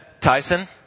Tyson